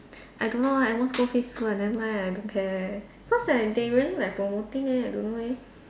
I don't know ah at most go Facebook ah never mind ah I don't care cause like they really like promoting eh I don't know leh